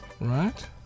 Right